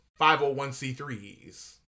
501c3s